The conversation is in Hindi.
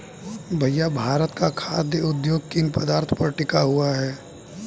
भैया भारत का खाघ उद्योग किन पदार्थ पर टिका हुआ है?